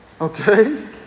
Okay